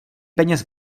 peněz